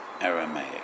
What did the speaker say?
Aramaic